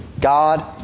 God